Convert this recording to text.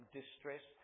distress